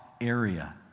area